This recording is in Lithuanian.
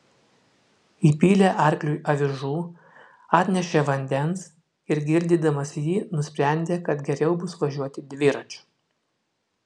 įpylė arkliui avižų atnešė vandens ir girdydamas jį nusprendė kad geriau bus važiuoti dviračiu